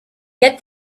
get